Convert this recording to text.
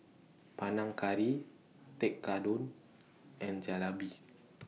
Panang Curry Tekkadon and Jalebi